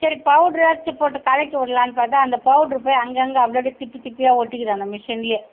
சரி பவுடராச்சும் போட்டு கலக்கி விடலாம்னு பார்த்தா அந்த பவுட்ரு போய் அங்கங்கே அப்படி அப்படியே திப்பி திப்பியாக ஒட்டிக்கிது அந்த மெஷினில்